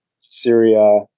Syria